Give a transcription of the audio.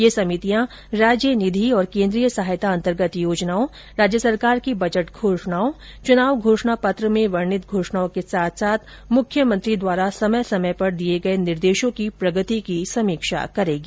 ये समितियां राज्य निधि और केन्द्रीय सहायता अन्तर्गत योजनाओं राज्य सरकार की बजट घोषणाओं चुनाव घोषणा पत्र में वर्णित घोषणाओं के साथ साथ मुख्यमंत्री द्वारा समय समय पर दिए गए निर्देशों की प्रगर्ति की समीक्षा करेंगी